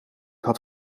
had